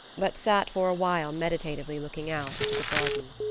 but sat for a while meditatively looking out into the garden.